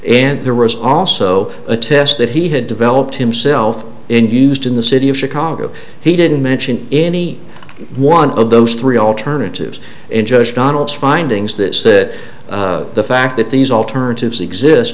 and there was also a test that he had developed himself in used in the city of chicago he didn't mention any one of those three alternatives in judge donald's findings this that the fact that these alternatives exist